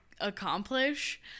accomplish